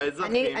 האזרחים יעשו.